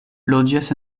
loĝas